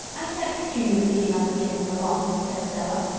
i can't picture you as being unforgiving for long, said stella.